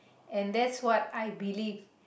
and that's what I believe